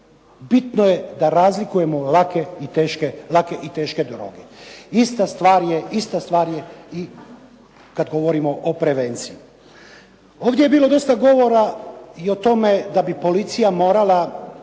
bitno je da razlikujemo lake i teške droge. Ista stvar je i kad govorimo o prevenciji. Ovdje je bilo dosta govora i o tome da bi policija morala